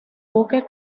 buque